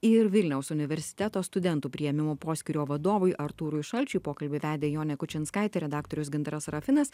ir vilniaus universiteto studentų priėmimo poskyrio vadovui artūrui šalčiui pokalbį vedė jonė kučinskaitė redaktorius gintaras sarafinas